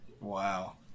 wow